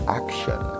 action